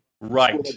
Right